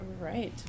Right